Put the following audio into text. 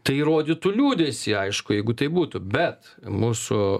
tai rodytų liūdesį aišku jeigu tai būtų bet mūsų